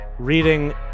reading